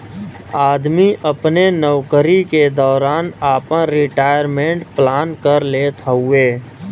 आदमी अपने नउकरी के दौरान आपन रिटायरमेंट प्लान कर लेत हउवे